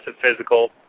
physical